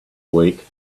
week